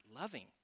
loving